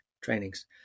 trainings